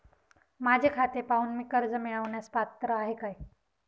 माझे खाते पाहून मी कर्ज मिळवण्यास पात्र आहे काय?